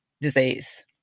disease